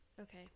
Okay